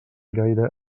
gaire